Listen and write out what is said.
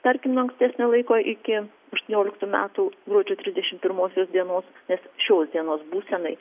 tarkim nuo ankstesnio laiko iki aštuonioliktų metų gruodžio trisdešim pirmosios dienos nes šios dienos būsenai